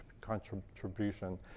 contribution